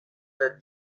the